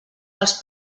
dels